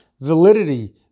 validity